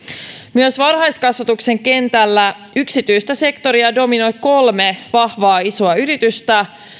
myös varhaiskasvatuksen kentällä yksityistä sektoria dominoi kolme vahvaa isoa yritystä